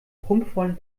prunkvollen